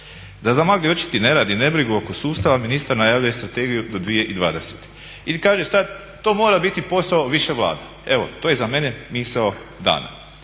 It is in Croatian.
Da zamagle oči … nebrigu oko sustava ministar najavljuje strategiju do 2020. i kaže sad to mora biti posao više Vlada. Evo to je za mene misao dana.